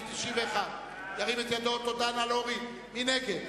מי נגד?